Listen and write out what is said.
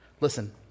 listen